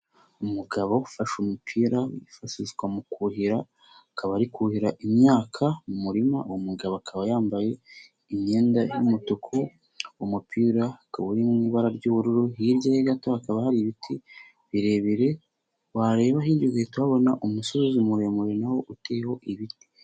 Umugabo ufashe umupira wifashishwa mu kuhira, akaba ari kuhira imyaka mu murima umugabo akaba yambaye imyenda y'umutuku, umupira akaba uri mu ibara ry'ubururu, hirya ye gato hakaba hari ibiti birebire, wareba hirya ugahita uhabona umusozi muremure nawo uteyeho ibiti.